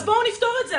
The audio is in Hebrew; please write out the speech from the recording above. אז בואו נפתור את זה,